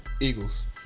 Eagles